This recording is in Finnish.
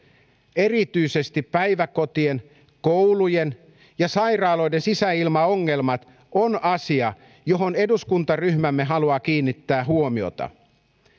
erityisesti päiväkotien koulujen ja sairaaloiden sisäilmaongelmat on asia johon eduskuntaryhmämme haluaa kiinnittää huomiota